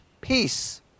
peace